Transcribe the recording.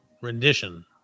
Rendition